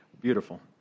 Beautiful